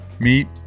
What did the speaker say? Meet